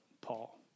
Paul